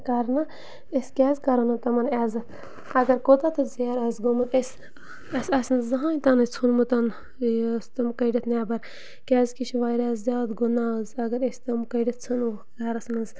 کَرنہٕ أسۍ کیٛازِ کَرو نہٕ تِمَن عزت اگر کوتاہ تہِ زیر آسہِ گوٚمُت أسۍ اَسہِ آسہِ نہٕ زٕہٕنۍ تِنہٕ ژھُنمُت یہِ ٲس تِم کٔڑِتھ نٮ۪بَر کیٛازِ کہِ یہِ چھِ واریاہ زیادٕ گُناہ حظ اَگر أسۍ تِم کٔڑِتھ ژھٕنوکھ گَرَس منٛز